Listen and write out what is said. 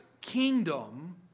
kingdom